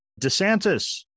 DeSantis